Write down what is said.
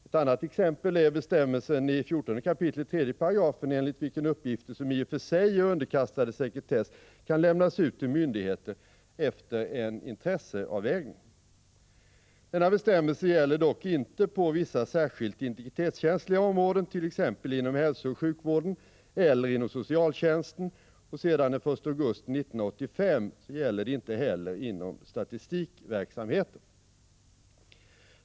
Ett annat exempel är bestämmelsen i 14 kap. 3 §, enligt vilken uppgifter som i och för sig är underkastade sekretess kan lämnas ut till myndigheter efter en intresseavvägning. Denna bestämmelse gäller dock inte på vissa särskilt integritetskänsliga områden, t.ex. inom hälsooch sjukvården eller inom socialtjänsten, och sedan den 1 augusti 1985 gäller den inte heller inom statistikverksamheter.